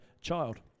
child